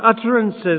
utterances